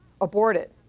aborted